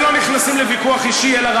יש עובדות, יש